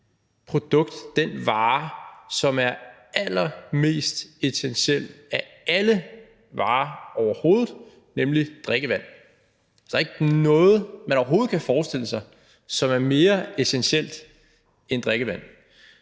produkt, den vare, som er allermest essentiel af alle varer overhovedet, nemlig drikkevand. Der er ikke noget, man overhovedet kan forestille sig som er mere essentielt end drikkevand.